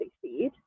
succeed